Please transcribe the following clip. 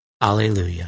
Alleluia